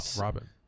robin